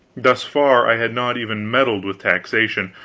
thus far, i had not even meddled with taxation,